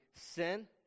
sin